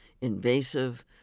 invasive